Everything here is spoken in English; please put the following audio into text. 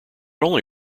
only